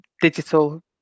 digital